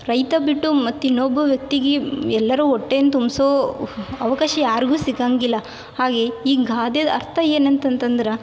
ರೈತ ಬಿಟ್ಟು ಮತ್ತು ಇನ್ನೊಬ್ಬ ವ್ಯಕ್ತಿಗೆ ಎಲ್ಲರ ಹೊಟ್ಟೆನ್ ತುಂಬಿಸೋ ಅವಕಾಶ ಯಾರಿಗೂ ಸಿಗೋಂಗಿಲ್ಲ ಹಾಗೆ ಈ ಗಾದೆದು ಅರ್ಥ ಏನು ಅಂತಂತಂದ್ರೆ